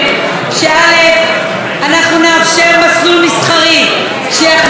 אנחנו נאפשר מסלול מסחרי שיכניס יותר משקיעים לעולם